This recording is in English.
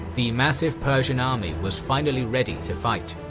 the massive persian army was finally ready to fight.